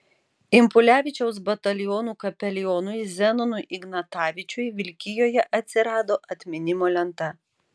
impulevičiaus batalionų kapelionui zenonui ignatavičiui vilkijoje atsirado atminimo lenta